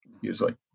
usually